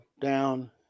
down